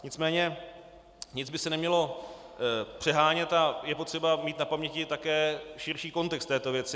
Nicméně nic by se nemělo přehánět a je potřeba mít na paměti také širší kontext této věci.